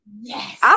Yes